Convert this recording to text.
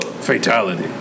fatality